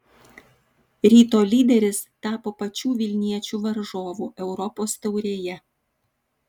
ryto lyderis tapo pačių vilniečių varžovu europos taurėje